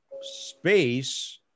space